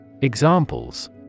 Examples